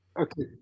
Okay